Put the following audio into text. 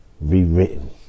rewritten